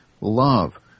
love